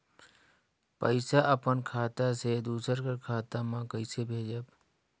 पइसा अपन खाता से दूसर कर खाता म कइसे भेजब?